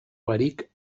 barik